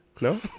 No